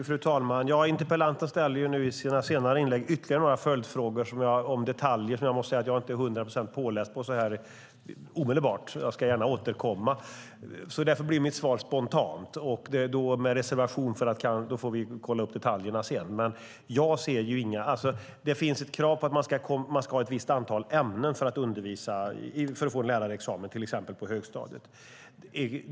Fru talman! Interpellanten ställer nu i sina senare inlägg ytterligare följdfrågor om detaljer som jag måste säga att jag inte är 100 procent påläst på. Jag ska dock gärna återkomma. Därför blir mitt svar spontant och med reservation för att vi kanske får kolla upp detaljerna sedan. Det finns ett krav på att man ska ha ett visst antal ämnen för att få lärarexamen för till exempel högstadiet.